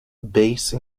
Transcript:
base